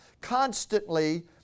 constantly